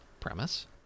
premise